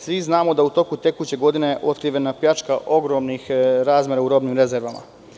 Svi znamo da je u toku tekuće godine otkrivena pljačka ogromnih razmera u robnim rezervama.